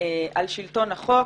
על שלטון החוק,